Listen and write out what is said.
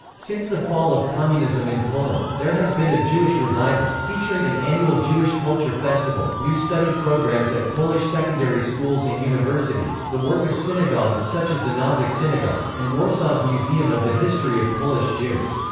since the fall of communism in poland, there has been a jewish revival, featuring an annual jewish culture festival, new study programs at polish secondary schools and universities, the work of synagogues such as the nozyk synagogue, and warsaw's museum of the history of polish jews.